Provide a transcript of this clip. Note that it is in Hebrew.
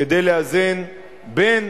כדי לאזן בין